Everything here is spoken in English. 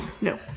No